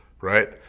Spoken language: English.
right